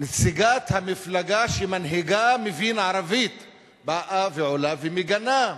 נציגת המפלגה שמנהיגה מבין ערבית באה ועולה ומגנה,